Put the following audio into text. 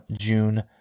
June